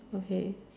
okay